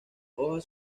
hojas